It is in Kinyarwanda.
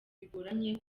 bigoranye